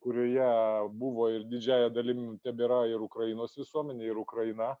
kurioje buvo ir didžiąja dalim tebėra ir ukrainos visuomenė ir ukraina